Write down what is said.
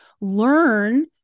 learn